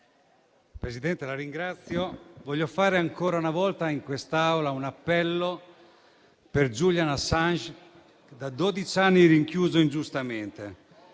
Presidente, voglio fare ancora una volta in quest'Aula un appello per Julian Assange da dodici anni rinchiuso ingiustamente.